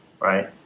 right